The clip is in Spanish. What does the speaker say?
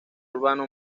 urbano